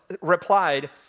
replied